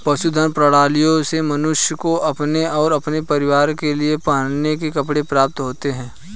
पशुधन प्रणालियों से मनुष्य को अपने और अपने परिवार के लिए पहनने के कपड़े प्राप्त होते हैं